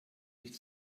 nicht